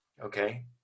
okay